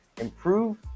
improve